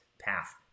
path